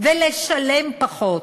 ולשלם פחות.